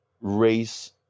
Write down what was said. race